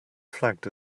flagged